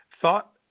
thought